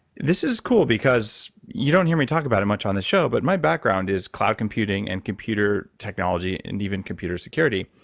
this is cool because you don't hear me talk about it much on the show, but my background is cloud computing and computer technology, and even computer security.